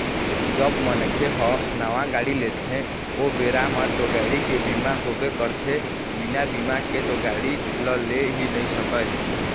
जब मनखे ह नावा गाड़ी लेथे ओ बेरा म तो गाड़ी के बीमा होबे करथे बिना बीमा के तो गाड़ी ल ले ही नइ सकय